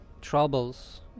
troubles